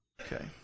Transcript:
okay